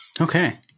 Okay